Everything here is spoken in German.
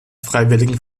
freiwilligen